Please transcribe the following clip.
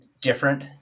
different